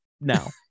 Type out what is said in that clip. now